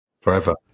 forever